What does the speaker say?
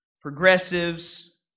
progressives